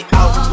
out